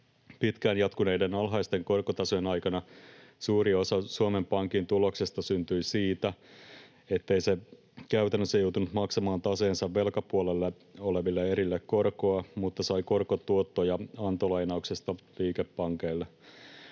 Pitkään jatkuneiden alhaisten korkotasojen aikana suuri osa Suomen Pankin tuloksesta syntyi siitä, ettei se käytännössä joutunut maksamaan taseensa velkapuolella oleville erille korkoa mutta sai korkotuottoja antolainauksesta liikepankeille.